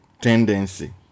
tendency